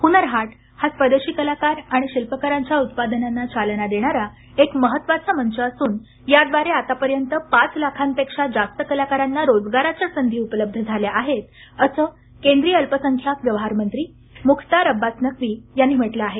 हुनर हाट हा स्वदेशी कलाकार शिल्पकारांच्या उत्पादनांना चालना देणारा एक महत्त्वाचा मंच असून याद्वारे आतापर्यंत पाच लाखांपेक्षा जास्त कलाकारांना रोजगाराच्या संधी उपलब्ध झाल्या आहेत असं केंद्रीय अल्पसंख्याक व्यवहार मंत्री मुख्तार अब्बास नकवी यांनी म्हटलं आहे